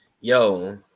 Yo